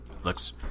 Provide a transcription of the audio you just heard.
Looks